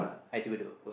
I_T_E-Bedok